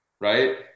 right